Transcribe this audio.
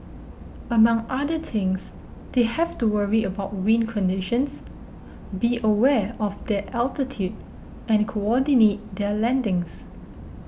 among other things they have to worry about wind conditions be aware of their altitude and coordinate their landings